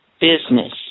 business